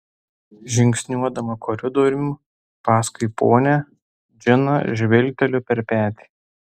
žingsniuodama koridoriumi paskui ponią džiną žvilgteliu per petį